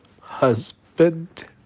husband